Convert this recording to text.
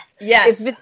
yes